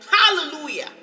Hallelujah